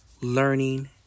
learning